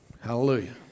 Hallelujah